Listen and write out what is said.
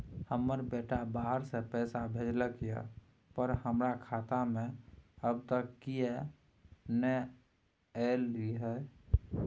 हमर बेटा बाहर से पैसा भेजलक एय पर हमरा खाता में अब तक किये नाय ऐल है?